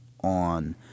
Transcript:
on